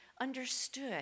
understood